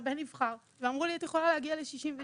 הבן נבחר ואמרו לי שאני יכולה להגיע ל-67%,